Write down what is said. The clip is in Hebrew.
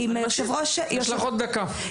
תקשיב,